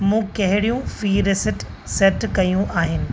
मूं कहिड़यूं फ़हिरिस्त सेट कयूं आहिनि